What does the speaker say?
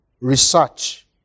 research